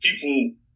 people